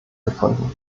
gefunden